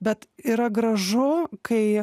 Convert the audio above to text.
bet yra gražu kai